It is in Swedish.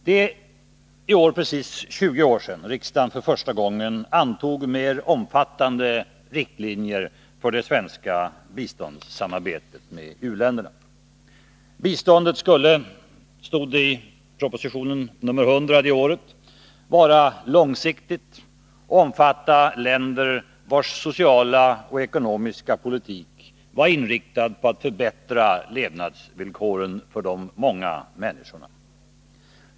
Det är i år precis 20 år sedan riksdagen för första gången antog mer omfattande riktlinjer för det svenska biståndssamarbetet med u-länderna. Biståndet skulle, stod det i propositionen nr 100 det året, vara långsiktigt och omfatta länder vars sociala och ekonomiska politik var inriktad på att förbättra levnadsvillkoren för de många människorna.